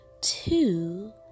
two